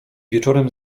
wieczorem